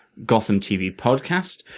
gothamtvpodcast